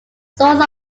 source